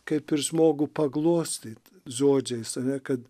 kaip ir žmogų paglostyt žodžiais ane kad